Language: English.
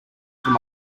from